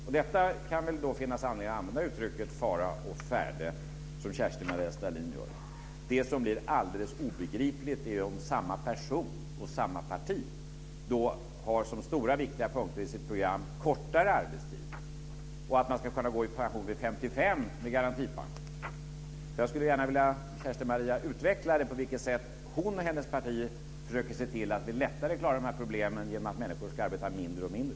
Om detta kan det väl finnas anledning att använda uttrycket "fara å färde", som Kerstin-Maria Stalin gör. Det som är alldeles obegripligt är att samma person tillhör ett parti vilket som stora och viktiga punkter i sitt program har kortare arbetstid och möjlighet att vid 55 års ålder få garantipension. Jag skulle vilja att Kerstin-Maria Stalin utvecklade på vilket sätt hon och hennes parti försöker klara de här problemen på ett lättare sätt genom att människor ska arbeta mindre och mindre.